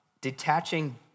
Detaching